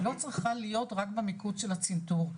לא צריכה להיות במיקוד של הצנתור,